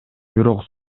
бирок